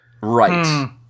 Right